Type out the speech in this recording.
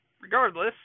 Regardless